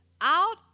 out